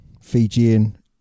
Fijian